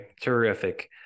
Terrific